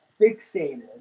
fixated